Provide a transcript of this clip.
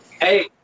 hey